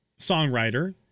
songwriter